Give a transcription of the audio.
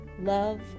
Love